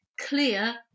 clear